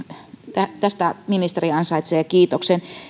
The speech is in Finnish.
tästä ministeri ansaitsee kiitoksen